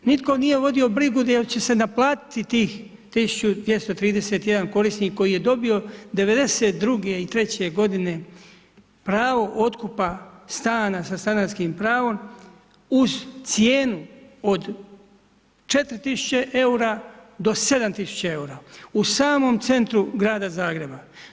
Nitko nije vodio brigu da li će se naplatiti tih 1231 korisnik koji je dobio '92. i '93. godine pravo otkupa stana sa stanarskim pravom uz cijenu od 4000 eura do 7000 eura u samom centru grada Zagreba.